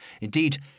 Indeed